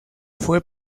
fue